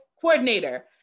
coordinator